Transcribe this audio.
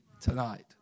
tonight